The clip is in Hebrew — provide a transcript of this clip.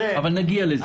נגיע לזה.